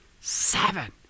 Seven